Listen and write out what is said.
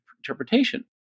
interpretation